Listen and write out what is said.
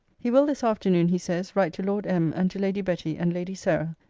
he will this afternoon, he says, write to lord m. and to lady betty and lady sarah,